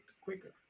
quicker